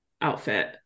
outfit